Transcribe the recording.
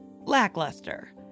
lackluster